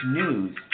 news